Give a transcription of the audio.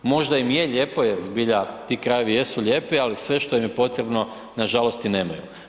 Možda im i je lijepo jel zbilja ti krajevi jesu lijepi, ali sve što im je potrebno nažalost i nemaju.